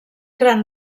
gran